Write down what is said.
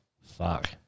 Fuck